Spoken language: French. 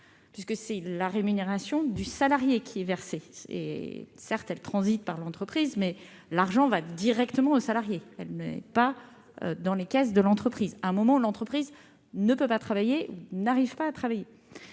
C'est la rémunération du salarié qui est versée. Certes, elle transite par l'entreprise, mais l'argent va directement au salarié et ne reste pas dans les caisses de l'entreprise au moment où celle-ci ne peut pas ou n'arrive pas à travailler.